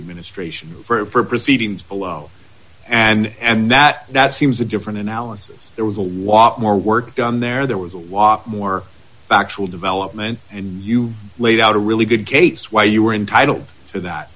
administration for proceedings below and that that seems a different analysis there was a lot more work done there there was a walk more factual development and you laid out a really good case why you were entitled to that